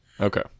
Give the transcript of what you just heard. Okay